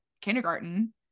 kindergarten